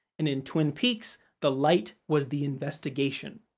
and in twin peaks, the light was the investigation.